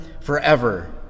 forever